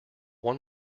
one